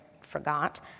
forgot